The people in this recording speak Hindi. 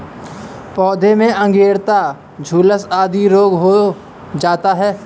पौधों में अंगैयता, झुलसा आदि रोग हो जाता है